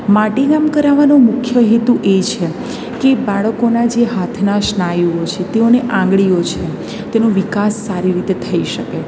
માટીકામ કરાવાનો મુખ્ય હેતુ એ છે કે બાળકોના જે હાથના સ્નાયુઓ છે તેઓની આંગળીઓ છે તેનો વિકાસ સારી રીતે થઈ શકે